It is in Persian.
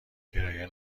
کرایه